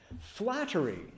Flattery